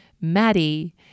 Maddie